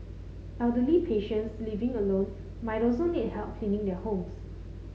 elderly patients living alone might also need help cleaning their homes